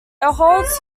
holds